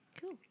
cool